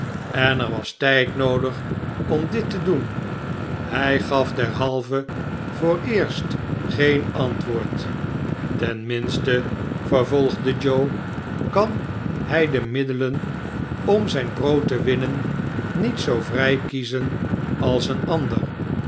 en er was tijd noodig om dit te doen hij gaf derhalve vooreerst geen antwoord ten minste vervolgde joe kan hij de middelen om zijn frrood te winnen niet zoo vrij kiezen als een ander